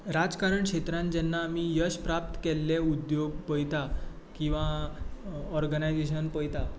राजकारण क्षेत्रांत जेन्ना आमी यश प्राप्त केल्ले उद्योग पळयता किंवां ऑर्गनायजेशन पळयता